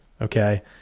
okay